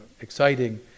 exciting